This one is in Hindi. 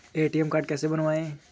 ए.टी.एम कार्ड कैसे बनवाएँ?